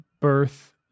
birth